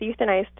euthanized